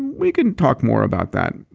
we can talk more about that.